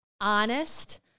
honest